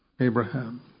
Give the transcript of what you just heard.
Abraham